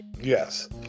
Yes